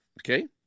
okay